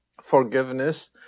forgiveness